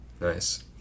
Nice